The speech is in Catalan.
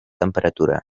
temperatura